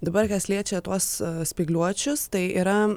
dabar kas liečia tuos spygliuočius tai yra